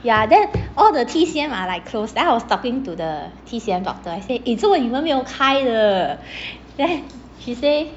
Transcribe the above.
yeah then all the T_C_M are like closed then I was talking to the T_C_M doctor I say eh 做么你们没有开的 then she say